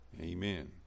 amen